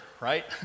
right